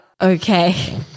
Okay